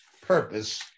purpose